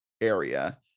area